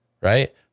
right